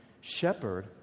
shepherd